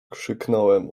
krzyknąłem